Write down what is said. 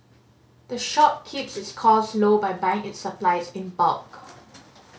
the shop keeps its costs low by buying its supplies in bulk